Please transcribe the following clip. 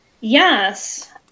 Yes